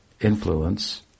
influence